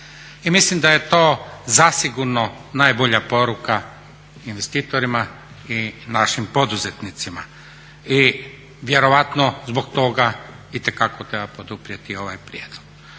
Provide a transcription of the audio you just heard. mislim da je to zasigurno najbolja poruka investitorima i našim poduzetnicima. I vjerojatno zbog toga itekako treba poduprijeti ovaj prijedlog.